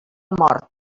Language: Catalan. mort